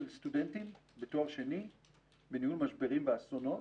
סטודנטים לתואר שני בניהול משברים ואסונות.